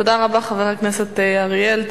תודה רבה, חבר הכנסת אריאל.